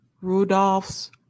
Rudolph's